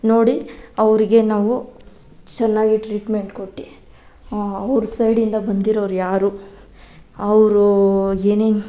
ನೋಡಿ ಅವರಿಗೆ ನಾವು ಚೆನ್ನಾಗಿ ಟ್ರೀಟ್ಮೆಂಟ್ ಕೊಟ್ಟು ಅವರ ಸೈಡಿಂದ ಬಂದಿರೋರು ಯಾರು ಅವರು ಏನೇನು